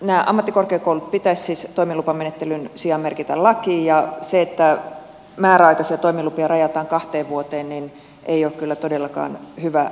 nämä ammattikorkeakoulut pitäisi siis toimilupamenettelyn sijaan merkitä lakiin ja se että määräaikaisia toimilupia rajataan kahteen vuoteen ei ole kyllä todellakaan hyvä ratkaisu